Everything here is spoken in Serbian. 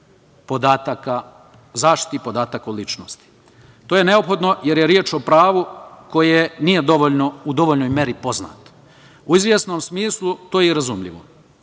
značaju zaštite podataka o ličnosti. To je neophodno jer je reč o pravu koji nije u dovoljnoj meri poznat. U izvesnom smislu to je i razumljivo.